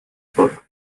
book